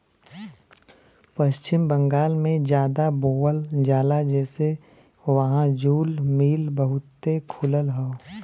पश्चिम बंगाल में जादा बोवल जाला जेसे वहां जूल मिल बहुते खुलल हौ